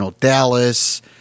Dallas